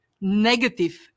negative